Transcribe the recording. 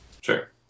Sure